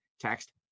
Text